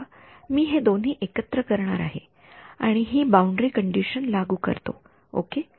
आता मी हे दोन्ही एकत्र करणार आहे आणि हि बाउंडरी कंडिशन लागू करेन ओके